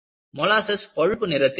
molasses பழுப்பு நிறத்தில் இருக்கும்